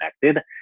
connected